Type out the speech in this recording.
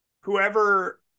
Whoever